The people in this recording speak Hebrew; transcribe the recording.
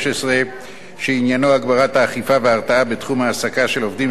שעניינו הגברת האכיפה וההרתעה בתחום ההעסקה של עובדים זרים בניגוד לחוק.